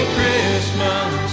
Christmas